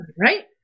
Right